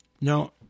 Now